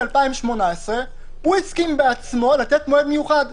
2018 הוא הסכים בעצמו לתת מועד מיוחד.